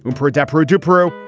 and poor adepero dipierro.